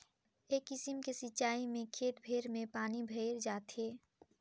ए किसिम के सिचाई में खेत भेर में पानी भयर जाथे